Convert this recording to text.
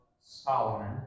Solomon